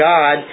God